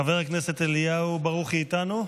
חבר הכנסת אליהו ברוכי איתנו?